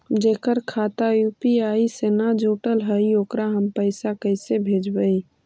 जेकर खाता यु.पी.आई से न जुटल हइ ओकरा हम पैसा कैसे भेजबइ?